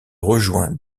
rejoint